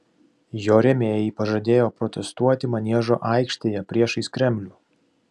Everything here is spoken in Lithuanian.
jo rėmėjai pažadėjo protestuoti maniežo aikštėje priešais kremlių